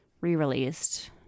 re-released